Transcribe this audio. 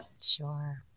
Sure